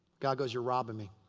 god goes, you're robbing me.